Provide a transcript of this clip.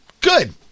Good